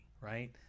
right